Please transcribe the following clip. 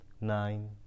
nine